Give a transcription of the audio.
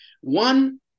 One